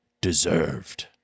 deserved